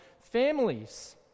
families